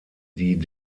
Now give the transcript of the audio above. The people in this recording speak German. die